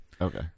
Okay